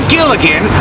Gilligan